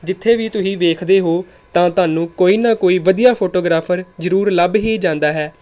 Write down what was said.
ਜਿੱਥੇ ਵੀ ਤੁਸੀਂ ਦੇਖਦੇ ਹੋ ਤਾਂ ਤੁਹਾਨੂੰ ਕੋਈ ਨਾ ਕੋਈ ਵਧੀਆ ਫੋਟੋਗ੍ਰਾਫ਼ਰ ਜ਼ਰੂਰ ਲੱਭ ਹੀ ਜਾਂਦਾ ਹੈ